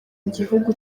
gihugu